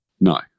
No